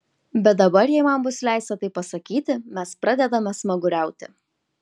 bet dabar jei man bus leista taip pasakyti mes pradedame smaguriauti